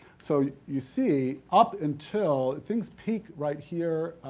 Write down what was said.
so, you see, up until, things peak right here,